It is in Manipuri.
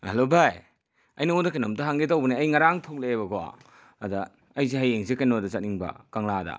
ꯍꯂꯣ ꯚꯥꯏ ꯑꯩ ꯅꯪꯉꯣꯟꯗ ꯀꯩꯅꯣꯝꯇ ꯍꯪꯒꯦ ꯇꯧꯕꯅꯦ ꯑꯩ ꯉꯔꯥꯡ ꯊꯣꯛꯂꯛꯑꯦꯕꯀꯣ ꯑꯗ ꯑꯩꯁꯦ ꯍꯌꯦꯡꯁꯦ ꯀꯩꯅꯣꯗ ꯆꯠꯅꯤꯡꯕ ꯀꯪꯂꯥꯗ